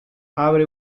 abre